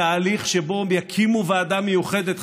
בתהליך שבו יקימו ועדה מיוחדת,